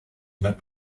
met